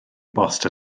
bost